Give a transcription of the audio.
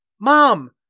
Mom